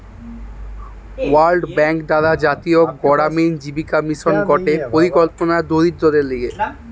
world bank দ্বারা জাতীয় গড়ামিন জীবিকা মিশন গটে পরিকল্পনা দরিদ্রদের লিগে